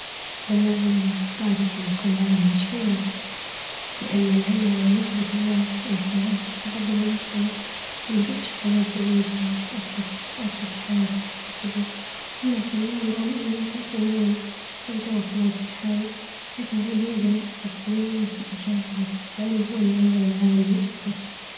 والله نحب أختارأكون عالم مشهور لإن العلم يخدم الناس، ويساهم في تقدم المجتمع، لما تكتشف حاجات جديدة تتأثر- تتأثر في حياتك بشكل كبير، أما الفنان رغم لية تأثير قوي خصوصا توا في الوقت الحالي، لكن العلم يبقي له أثر طويييل في الأجيال القادمة، العلم هو اللي يغير العالم للأفضل.